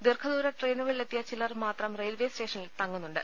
ദീർഘദൂരി ട്രെയിനുകളിലെത്തിയ ചിലർ മാത്രം റെയിൽവേ സ്റ്റേഷനിൽ തങ്ങുന്നുണ്ട്